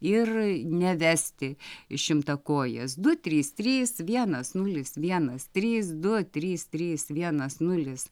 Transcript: ir nevesti šimtakojės du trys trys vienas nulis vienas trys du trys trys vienas nulis